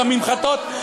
גם ממחטות.